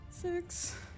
Six